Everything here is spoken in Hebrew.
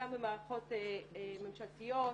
גם במערכות ממשלתיות,